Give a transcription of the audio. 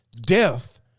death